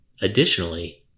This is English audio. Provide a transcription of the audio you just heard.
Additionally